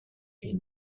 est